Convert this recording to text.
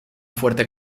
fuerte